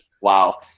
wow